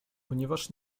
ponieważ